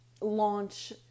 launch